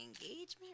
engagement